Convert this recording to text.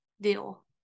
Deal